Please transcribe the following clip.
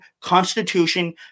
constitution